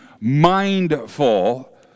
mindful